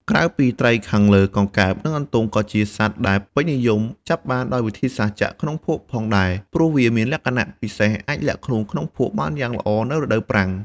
ក្រៅពីត្រីខាងលើ កង្កែប និងអន្ទង់ ក៏ជាសត្វដែលពេញនិយមចាប់បានដោយវិធីសាស្ត្រចាក់ក្នុងភក់ផងដែរ ព្រោះពួកវាមានលក្ខណៈពិសេសអាចលាក់ខ្លួនក្នុងភក់បានយ៉ាងល្អនៅរដូវប្រាំង។